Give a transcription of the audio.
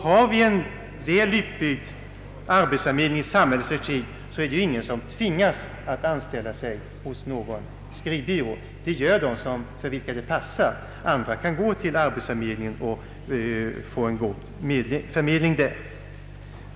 Har vi en väl utbyggd arbetsförmedling i samhällets regi är det ingen som tvingas att ta anställning hos någon skrivbyrå. Det gör de som anser att det passar dem. Andra kan gå till arbetsförmedlingen och få god hjälp där.